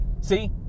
See